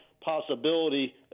possibility